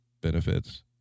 benefits